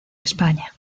españa